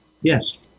yes